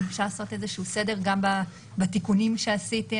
אם אפשר לעשות איזשהו סדר גם בתיקונים שעשיתם.